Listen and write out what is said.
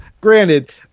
granted